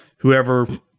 Whoever